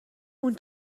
اون